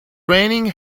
raining